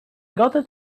gotta